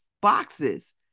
boxes